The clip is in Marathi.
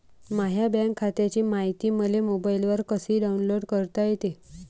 माह्या बँक खात्याची मायती मले मोबाईलवर कसी डाऊनलोड करता येते?